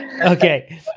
okay